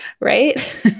Right